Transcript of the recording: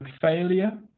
failure